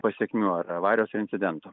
pasekmių ar avarijos incidento